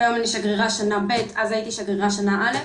כיום אני שגרירה שנה ב', אז הייתי שגרירה שנה א',